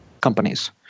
companies